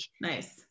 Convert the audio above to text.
Nice